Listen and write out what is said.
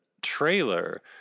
trailer